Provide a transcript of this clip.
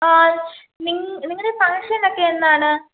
ആ നിങ്ങൾ നിങ്ങളുടെ ഫങ്ഷനക്കെ എന്നാണ്